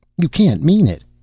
you can't mean it!